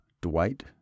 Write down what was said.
Dwight